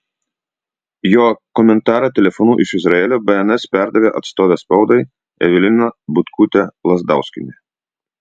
jo komentarą telefonu iš izraelio bns perdavė atstovė spaudai evelina butkutė lazdauskienė